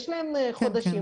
יש להן חודשים,